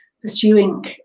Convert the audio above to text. pursuing